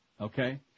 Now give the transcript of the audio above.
okay